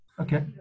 Okay